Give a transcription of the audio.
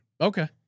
Okay